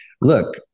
look